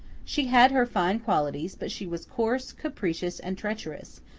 she had her fine qualities, but she was coarse, capricious, and treacherous,